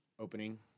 Opening